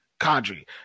Kadri